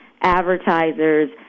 advertisers